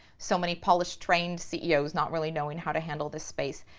so many polished, trained ceos not really knowing how to handle this space,